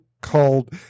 called